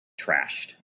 trashed